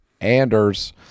Anders